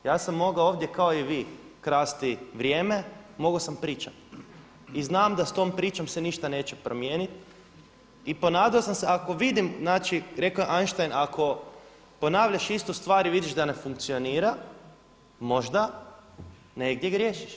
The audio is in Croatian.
Ja sam mogao ovdje kao i vi krasti vrijeme, mogao sam pričati i znam da s tom pričom se ništa neće promijeniti i ponadao sam se ako vidim, znači rekao je Einstein ako ponavljaš istu stvar ustvari vidiš da ne funkcionira možda negdje griješiš.